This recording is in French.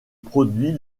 produit